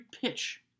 pitch